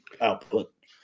output